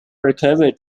recovered